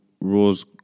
rules